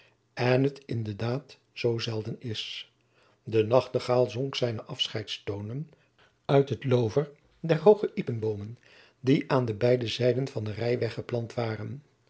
pleegzoon het in de daad zoo zelden is de nachtegaal zong zijne afscheidstoonen uit het lover der hooge iepenboomen die aan de beide zijden van den rijweg geplant waren